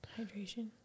Hydration